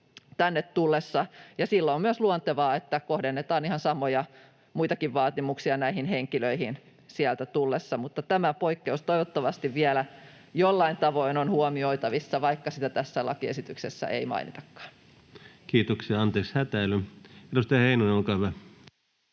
tänne tullessa, ja silloin on myös luontevaa, että kohdennetaan ihan samoja muitakin vaatimuksia näihin henkilöihin sieltä tullessa, mutta tämä poikkeus toivottavasti vielä jollain tavoin on huomioitavissa, vaikka sitä tässä lakiesityksessä ei mainitakaan. [Speech 50] Speaker: Ensimmäinen varapuhemies